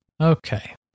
Okay